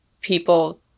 people